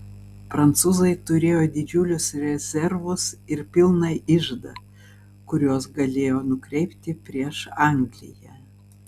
prancūzai turėjo didžiulius rezervus ir pilną iždą kuriuos galėjo nukreipti prieš angliją